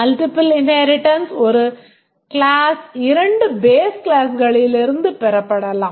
Multiple inheritance ல் ஒரு class இரண்டு base classகளிலிருந்து பெறப்படலாம்